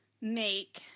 make